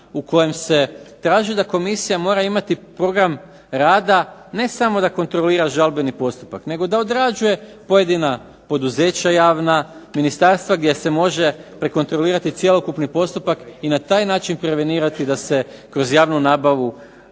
u kojem se traži da komisija mora imati program rada ne samo da kontrolira žalbeni postupak, nego da odrađuje pojedina poduzeća javna, ministarstva gdje se može prekontrolirati cjelokupni postupak i na taj način prevenirati da se kroz javnu nabavu